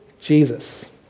Jesus